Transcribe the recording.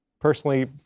personally